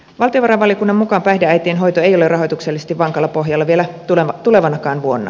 valtiovarainvaliokunnan mukaan päihdeäitien hoito ei ole rahoituksellisesti vankalla pohjalla vielä tulevanakaan vuonna